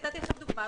נתתי לכם דוגמה,